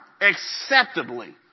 Acceptably